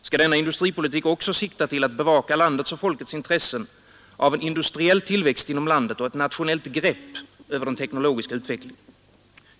Skall denna industripolitik också sikta till att bevaka landets och folkets intresse av en industriell tillväxt inom landet och ett nationellt grepp över den teknologiska utvecklingen?